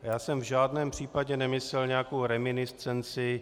Já jsem v žádném případě nemyslel nějakou reminiscenci.